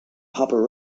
papa